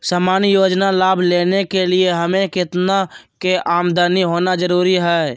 सामान्य योजना लाभ लेने के लिए हमें कितना के आमदनी होना जरूरी है?